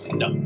no